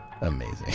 amazing